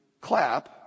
clap